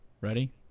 Ready